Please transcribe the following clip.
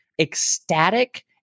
ecstatic